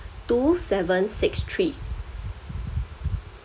two seven six three